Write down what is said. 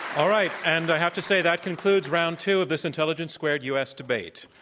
all right. and i have to say that concludes round two of this intelligence squared u. s. debate.